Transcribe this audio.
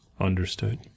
Understood